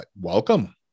welcome